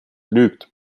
lügt